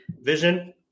Vision